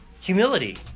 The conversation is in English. humility